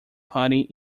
party